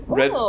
red